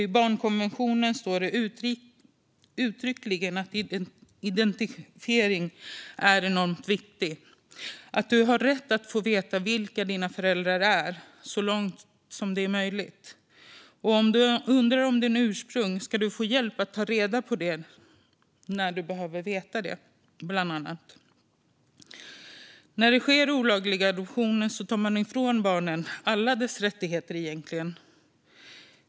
I barnkonventionen står det uttryckligen att identiteten är enormt viktig och att du har rätt att få veta vilka dina föräldrar är, så långt det är möjligt. Om du undrar över ditt ursprung ska du få hjälp att ta reda på det du behöver veta. När olagliga adoptioner sker tar man ifrån barnen alla deras rättigheter.